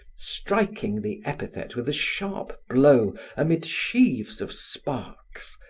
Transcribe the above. striking the epithet with a sharp blow amid sheaves of sparks,